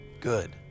Good